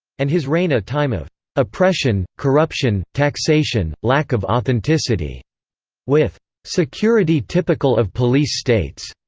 and his reign a time of oppression, corruption, taxation, lack of authenticity with security typical of police states.